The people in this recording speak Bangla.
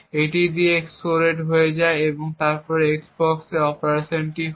এটি কী দিয়ে xored হয়ে যায় এবং তারপরে s বক্স অপারেশন হয়